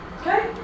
Okay